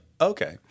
okay